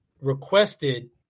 requested